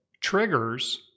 triggers